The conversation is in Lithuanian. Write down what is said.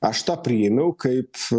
aš tą priėmiau kaip